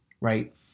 right